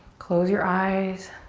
close your eyes.